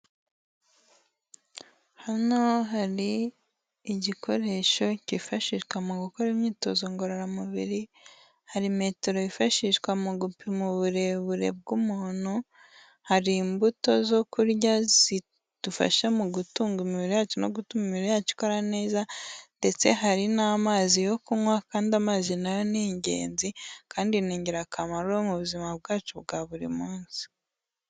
Hano hari igikoresho cyifashishwa mu gukora imyitozo ngororamubiri, hari metero yifashishwa mu gupima uburebure bw'umuntu, hari imbuto zo kurya zidufasha mu gutunga imibiri yacu no gutuma imibiri yacu ikora neza ndetse hari n'amazi yo kunywa kandi amazi nayo ni ingenzi kandi ni ingirakamaro mu buzima bwacu bwa buri munsi.